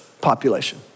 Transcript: population